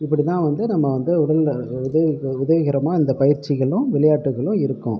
இப்படிதான் வந்து நம்ம வந்து உடலில் உதவி உதவிகரமாக இந்த பயிற்சிகளும் விளையாட்டுகளும் இருக்கும்